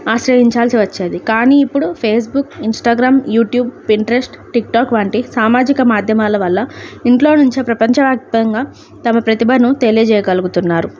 ఆశ్రయించాల్సి వచ్చేది కానీ ఇప్పుడు Facebook Instagram YouTube Pinterest TikTok వంటి సామాజిక మాధ్యమాల వల్ల ఇంట్లో నుంచి ప్రపంచవ్యాప్తంగా తమ ప్రతిభను తెలియజేయగలుగుతున్నారు